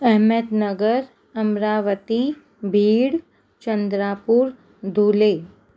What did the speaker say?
Ahmednagar Amravati Beed Chandrapur Dhule